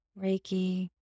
Reiki